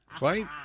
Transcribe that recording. right